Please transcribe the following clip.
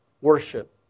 worship